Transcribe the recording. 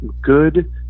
good